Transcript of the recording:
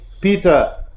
Peter